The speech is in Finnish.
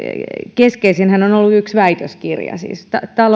keskeisinhän on ollut yksi väitöskirja siis